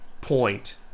point